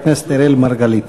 חבר הכנסת אראל מרגלית.